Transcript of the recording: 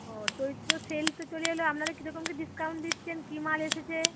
ও Chaitra sale তো চলে এলো আপনারা কী রকম কী ডিসকাউন্ট দিচ্ছেন কী মাল এসেছে